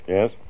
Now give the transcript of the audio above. Yes